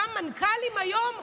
גם מנכ"לים היום,